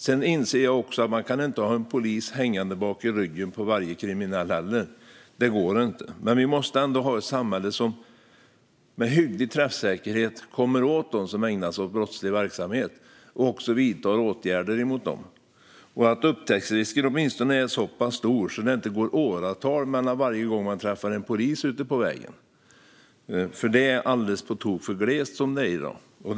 Jag inser också att man inte kan ha en polis hängande i ryggen på varje kriminell - det går inte - men vi måste ändå ha ett samhälle som med hygglig träffsäkerhet kommer åt dem som ägnar sig åt brottslig verksamhet och som också vidtar åtgärder mot dem. Upptäcktsrisken måste åtminstone vara så stor att det inte går åratal mellan varje gång man träffar en polis ute på vägen. Det är alldeles för glest som det är i dag.